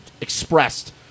expressed